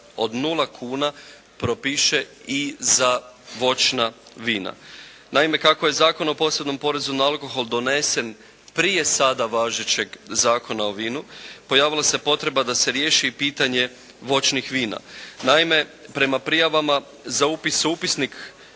od nula kuna propiše i za voćna vina. Naime, kako je Zakon o posebnom porezu na alkohol donesen prije sada važećeg Zakona o vinu pojavila se potreba da se riješi i pitanje voćnih vina. Naime, prema prijavama za upis